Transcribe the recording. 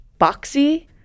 boxy